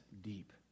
deep